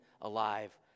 alive